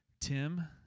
Tim